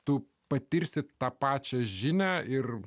tu patirsi tą pačią žinią ir